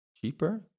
cheaper